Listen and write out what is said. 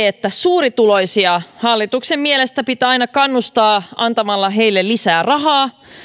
että suurituloisia hallituksen mielestä pitää aina kannustaa antamalla heille lisää rahaa